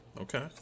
Okay